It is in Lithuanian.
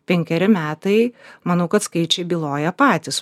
penkeri metai manau kad skaičiai byloja patys